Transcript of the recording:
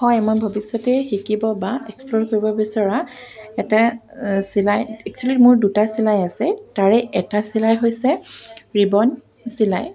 হয় মই ভৱিষ্যতে শিকিব বা এক্সপ্ল'ৰ কৰিব বিচৰা এটা চিলাই একচুৱেলী মোৰ দুটা চিলাই আছে তাৰে এটা চিলাই হৈছে ৰিবন চিলাই